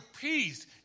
peace